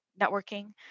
networking